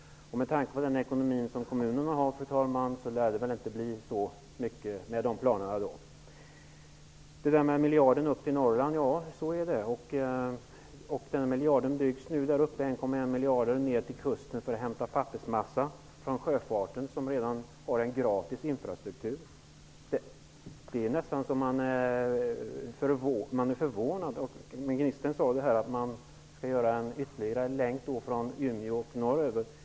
Med tanke på kommunernas ekonomi lär det väl inte bli så mycket av de planerna. Ja, det blir en miljard till Norrland. Banan byggs nu för 1,1 miljarder ner till kusten, så att man kan hämta pappersmassa från sjöfarten, som redan har en gratis infrastruktur. Man blir nästan förvånad. Ministern sade här att man skall bygga en länk från Umeå norröver.